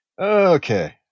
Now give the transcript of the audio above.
okay